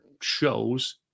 shows